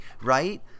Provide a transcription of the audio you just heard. right